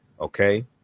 okay